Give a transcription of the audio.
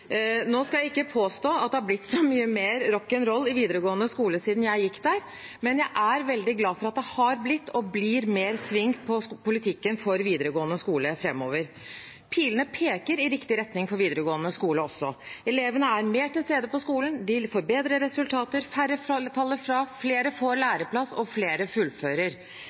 skal ikke påstå at det har blitt noe mer rock and roll i videregående skole siden jeg gikk der, men jeg er veldig glad for at det har blitt og blir mer sving på politikken for videregående skole framover. Pilene peker i riktig retning også for videregående skole. Elevene er mer til stede på skolen, de får bedre resultater, færre faller fra, flere får læreplass, og flere fullfører.